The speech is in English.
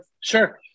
Sure